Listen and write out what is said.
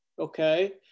Okay